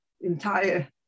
entire